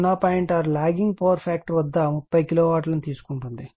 6 lagging power factor వద్ద 30 కిలోవాట్ల ని తీసుకుంటుంది